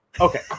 okay